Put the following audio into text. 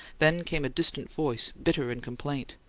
then came a distant voice, bitter in complaint.